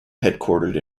headquartered